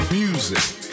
music